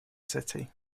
city